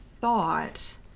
thought